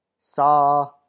Saw